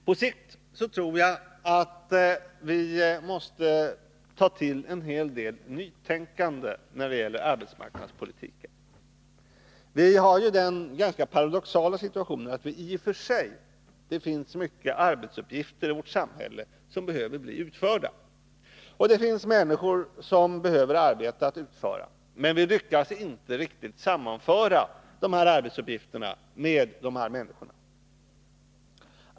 På sikt måste vi ta till en hel del nytänkande när det gäller arbetsmarknadspolitiken. Vi befinner oss i den ganska paradoxala situationen att det i och för sig finns många arbetsuppgifter i vårt samhälle som behöver bli utförda och många människor som behöver få arbete att utföra. Men vi lyckas inte riktigt sammanföra arbetsuppgifterna med människorna.